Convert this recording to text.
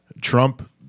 Trump